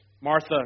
Martha